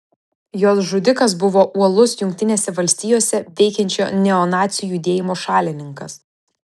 jos žudikas buvo uolus jungtinėse valstijose veikiančio neonacių judėjimo šalininkas